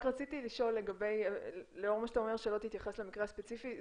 רק רציתי לשאול לאור מה שאתה אומר שלא תתייחס למקרה הספציפי,